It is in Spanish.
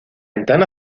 ventana